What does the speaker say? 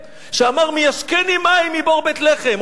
שאמר: "מי ישקני מים מבֹאר בית לחם".